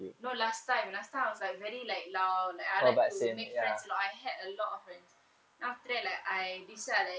no last time last time I was like very like loud like I like to make friends that I had a lot of friends then after that like I decide like